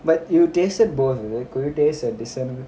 but you tested both is it could you taste a discern